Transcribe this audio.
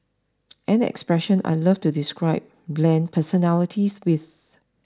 an expression I love to describe bland personalities with